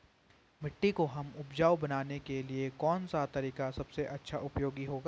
मिट्टी को हमें उपजाऊ बनाने के लिए कौन सा तरीका सबसे अच्छा उपयोगी होगा?